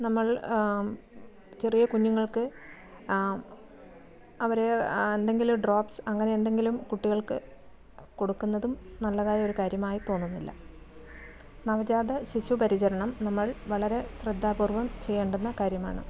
നമ്മൾ ചെറിയ കുഞ്ഞുങ്ങൾക്ക് അവരെ എന്തെങ്കിലും ഡ്രോപ്സ് അങ്ങനെ എന്തെങ്കിലും കുട്ടികൾക്ക് കൊടുക്കുന്നതും നല്ലതായ ഒരു കാര്യമായി തോന്നുന്നില്ല നവജാത ശിശു പരിചരണം നമ്മൾ വളരെ ശ്രദ്ധാപൂർവം ചെയ്യേണ്ടുന്ന കാര്യമാണ്